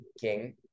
King